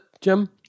Jim